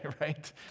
right